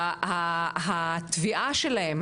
והתביעה שלהן,